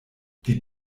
die